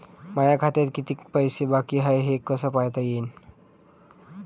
माया खात्यात कितीक पैसे बाकी हाय हे कस पायता येईन?